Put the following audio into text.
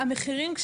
המחירים,